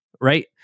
right